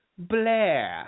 Blair